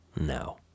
no